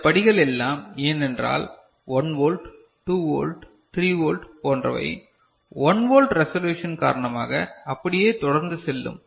இந்தப் படிகள் எல்லாம் ஏனென்றால் 1 வோல்ட் 2 வோல்ட் 3 வோல்ட் போன்றவை 1 ஓல்ட் ரெசல்யூசன் காரணமாக அப்படியே தொடர்ந்து செல்லும்